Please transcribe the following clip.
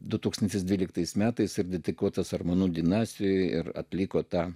du tūkstančiai dvyliktais metais ir dedikuotas armonų dinastijai ir atliko tą